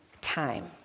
time